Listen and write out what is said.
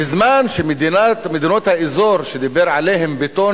בזמן שמדינות האזור שהוא דיבר עליהם בטון